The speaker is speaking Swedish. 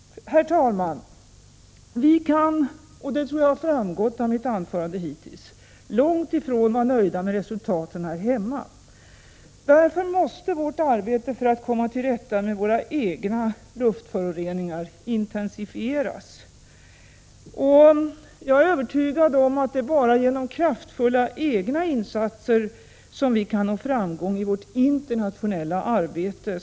Herr talman! Vi kan — och det tror jag har framgått av mitt anförande hittills — långt ifrån vara nöjda med resultaten här hemma. Därför måste vårt arbete för att komma till rätta med våra egna luftföroreningar intensifieras. Jag är övertygad om att det är bara genom kraftfulla egna insatser som vi kan nå framgång i vårt internationella arbete.